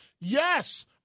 Yes